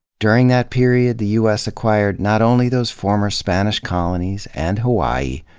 during that period, the u s. acquired not only those former spanish colonies, and hawaii,